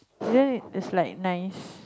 then its like nice